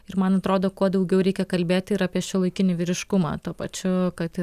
ir man atrodo kuo daugiau reikia kalbėti ir apie šiuolaikinį vyriškumą tuo pačiu kad